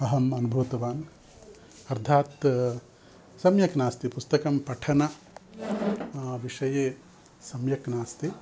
अहम् अनुभूतवान् अर्थात् सम्यक् नास्ति पुस्तकं पठन विषये सम्यक् नास्ति